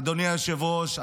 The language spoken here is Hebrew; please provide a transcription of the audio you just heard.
אדוני היושב-ראש,